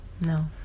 No